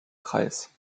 kreis